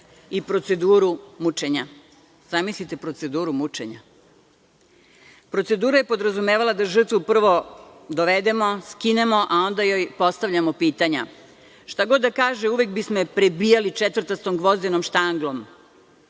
i proceduru mučenja. Zamislite, proceduru mučenja. Procedura je podrazumevala da žrtvu prvo dovedemo, skinemo, a onda joj postavljamo pitanja. Šta god da kaže uvek bismo je prebijali četvrtastom gvozdenom štanglom.